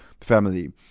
family